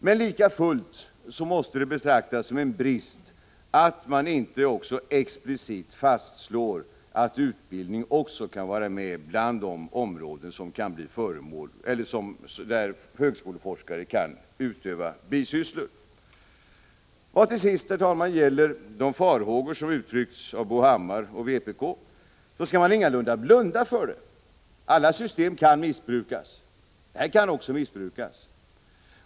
Men likafullt måste det betraktas som en brist att man inte explicit fastslår att också utbildning kan vara med bland de områden där högskoleforskare kan utöva bisysslor. Vad till sist, herr talman, gäller de farhågor som uttryckts av Bo Hammar och vpk, så skall man ingalunda blunda för dem. Alla system kan missbrukas, och det här kan också missbrukas.